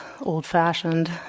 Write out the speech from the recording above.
old-fashioned